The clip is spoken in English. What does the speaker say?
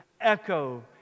echo